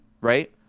right